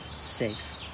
safe